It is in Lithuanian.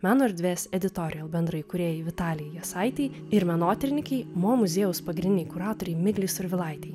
meno erdvės editorijal bendraįkūrėjai vitalijai jasaitei ir menotyrininkei mo muziejaus pagrindinei kuratorei miglei survilaitei